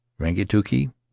Rangituki